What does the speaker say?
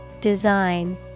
Design